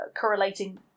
correlating